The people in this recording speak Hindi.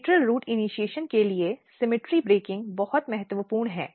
लेटरल रूट इनिशीएशन के लिए समरूपता ब्रेकिंग बहुत महत्वपूर्ण है